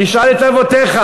תשאל את אבותיך,